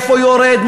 איפה יורד,